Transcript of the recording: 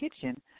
kitchen